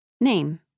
Name